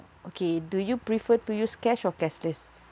okay do you prefer to use cash or cashless